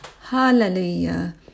Hallelujah